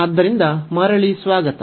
ಆದ್ದರಿಂದ ಮರಳಿ ಸ್ವಾಗತ